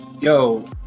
yo